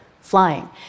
flying